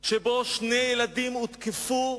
שבו שני ילדים הותקפו,